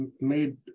made